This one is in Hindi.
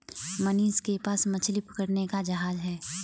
मनीष के पास मछली पकड़ने का जहाज है